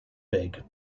big